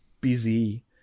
busy